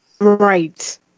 Right